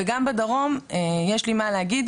וגם בדרום יש לי מה להגיד,